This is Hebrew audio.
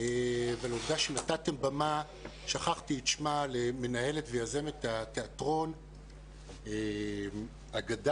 ולעובדה שנתתם במה למנהלת ויזמת תיאטרון אגדה,